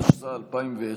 התשס"א 2001,